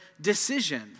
decision